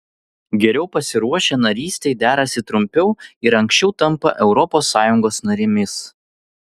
geriau pasiruošę narystei derasi trumpiau ir anksčiau tampa europos sąjungos narėmis